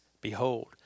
Behold